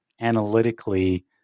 analytically